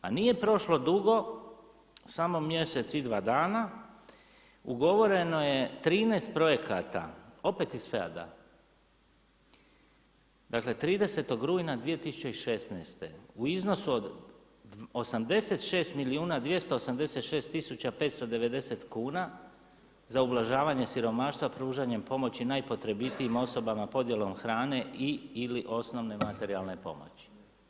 Pa nije prošlo dugo, samo mjesec i dva dana, ugovoreno je 13 projekata, opet iz FEAD-a, dakle 13. rujna 2016. u iznosu od 86 286 590 kuna za ublažavanje siromaštva pružanjem pomoći najpotrebitijima osobama podjelom hrane i/ili osnovne materijalne pomoći.